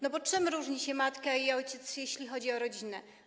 No bo czym różnią się matka i ojciec, jeśli chodzi o rodzinę?